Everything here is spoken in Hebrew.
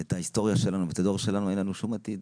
את ההיסטוריה שלנו ואת הדור שלנו אין לנו שום עתיד,